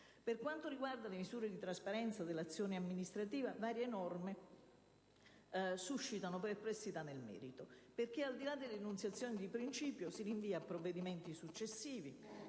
Per quanto riguarda le misure di trasparenza dell'azione amministrativa, varie norme suscitano perplessità nel merito. Al di là dell'enunciazione di principio, si rinvia a provvedimenti successivi